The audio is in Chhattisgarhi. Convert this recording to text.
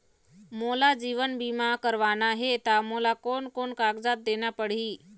मोला जीवन बीमा करवाना हे ता मोला कोन कोन कागजात देना पड़ही?